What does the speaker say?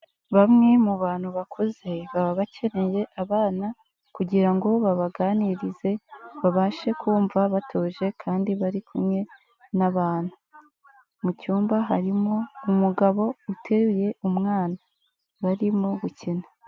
Bamwe mu bantu bakuze, baba bakeneye abana kugira ngo babaganirize, babashe kumva batuje kandi bari kumwe n'abantu. Mu cyumba harimo umugabo uteruye umwana, barimo gukina.